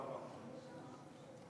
(בערבית: